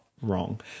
wrong